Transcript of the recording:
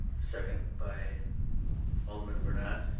second by alderman brunette.